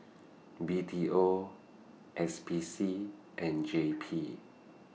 B T O S P C and J P